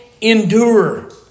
endure